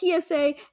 TSA